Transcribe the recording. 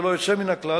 ללא יוצא מן הכלל,